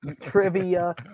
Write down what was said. trivia